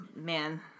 Man